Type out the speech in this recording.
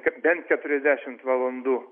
kad bent keturiasdešimt valandų